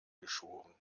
geschoren